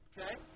Okay